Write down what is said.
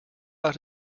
out